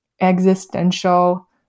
existential